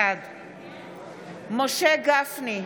בעד משה גפני,